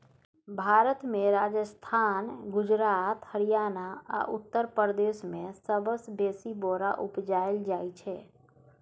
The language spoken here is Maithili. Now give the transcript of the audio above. भारत मे राजस्थान, गुजरात, हरियाणा आ उत्तर प्रदेश मे सबसँ बेसी बोरा उपजाएल जाइ छै